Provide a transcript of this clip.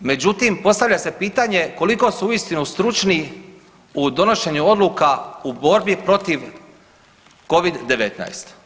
Međutim, postavlja se pitanje koliko su uistinu stručni u donošenju odluka u borbi protiv covid-19.